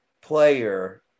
player